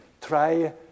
try